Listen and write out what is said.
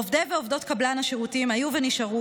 עובדי ועובדות קבלן השירותים היו ונשארו